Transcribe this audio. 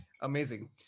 Amazing